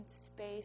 space